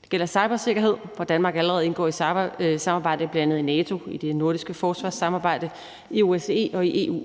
Det gælder cybersikkerhed, hvor Danmark allerede indgår i cybersamarbejdet, bl.a. i NATO, i det nordiske forsvarssamarbejde, i OSCE og i EU,